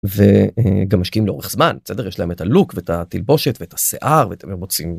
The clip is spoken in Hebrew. וגם משקיעים לאורך זמן, בסדר? יש להם את הלוק ואת התלבושת ואת השיער ואת